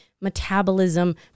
metabolism